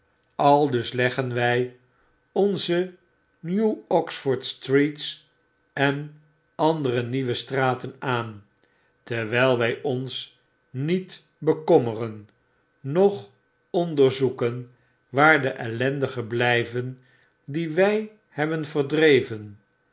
aldus leggen wy onze new oxford streets en andere nieuwe straten aan terwyl wy ons niet bekommeren noch onderzoeken waar de ellendigen blyven die wy hebben verdreven